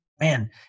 Man